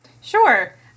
Sure